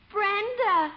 Brenda